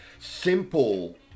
simple